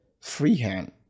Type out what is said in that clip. freehand